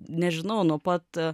nežinau nuo pat